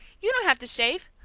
you don't have to shave!